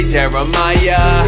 Jeremiah